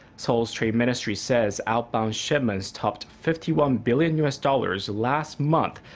seoul's trade ministry says outbound shipments topped fifty one billion u s. dollars last month,